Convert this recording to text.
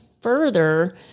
further